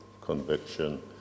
conviction